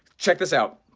check this out.